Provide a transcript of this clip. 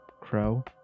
Crow